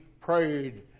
prayed